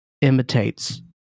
imitates